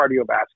cardiovascular